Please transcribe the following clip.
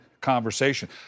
conversation